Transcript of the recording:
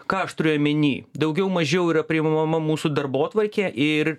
ką aš turiu omeny daugiau mažiau yra priimama mūsų darbotvarkė ir